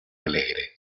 alegre